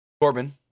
Corbin